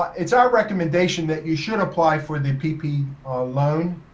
but it's our recommendation that you should apply for the ppp loan.